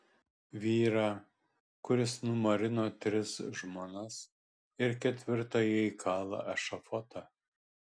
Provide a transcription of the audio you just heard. vyrą kuris numarino tris žmonas ir ketvirtajai kala ešafotą